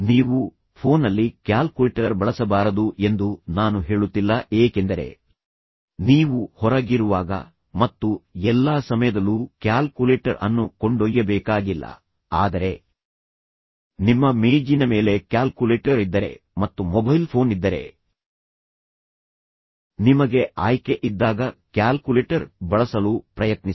ನೀವು ಫೋನ್ನಲ್ಲಿ ಕ್ಯಾಲ್ಕುಲೇಟರ್ ಬಳಸಬಾರದು ಎಂದು ನಾನು ಹೇಳುತ್ತಿಲ್ಲ ಏಕೆಂದರೆ ನೀವು ಹೊರಗಿರುವಾಗ ಮತ್ತು ಎಲ್ಲಾ ಸಮಯದಲ್ಲೂ ಕ್ಯಾಲ್ಕುಲೇಟರ್ ಅನ್ನು ಕೊಂಡೊಯ್ಯಬೇಕಾಗಿಲ್ಲ ಆದರೆ ನಿಮ್ಮ ಮೇಜಿನ ಮೇಲೆ ಕ್ಯಾಲ್ಕುಲೇಟರ್ ಇದ್ದರೆ ಮತ್ತು ಮೊಬೈಲ್ ಫೋನ್ ಇದ್ದರೆ ನಿಮಗೆ ಆಯ್ಕೆ ಇದ್ದಾಗ ಕ್ಯಾಲ್ಕುಲೇಟರ್ ಬಳಸಲು ಪ್ರಯತ್ನಿಸಿ